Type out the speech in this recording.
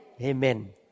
Amen